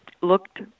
looked